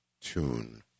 tune